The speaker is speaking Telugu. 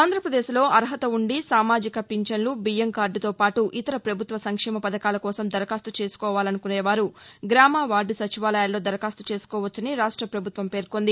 ఆంధ్రపదేశ్ లో అర్హత ఉండి సామాజిక ఫించను బియ్యం కార్లుతో పాటు ఇతర ప్రభుత్వ సంక్షేమ పథకాల కోసం దరఖాస్తు చేసుకోవాలనుకునేవారు గ్రామ వార్గు సచివాలయాల్లో దరఖాస్తు చేసుకోవచ్చని రాష్ట పభుత్వం తెలిపింది